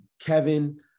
Kevin